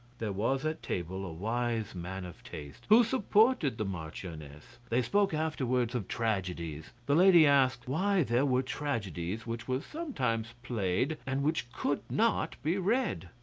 there was at table a wise man of taste, who supported the marchioness. they spoke afterwards of tragedies the lady asked why there were tragedies which were sometimes played and which could not be read.